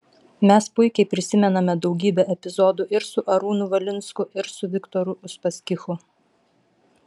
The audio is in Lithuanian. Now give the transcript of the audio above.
mes puikiai prisimename daugybę epizodų ir su arūnu valinsku ir su viktoru uspaskichu